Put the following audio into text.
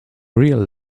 real